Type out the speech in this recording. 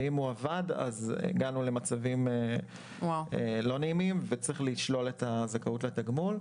ואם הוא עבד אז הגענו למצבים לא נעימים וצריך לשלול את הזכאות לתגמול.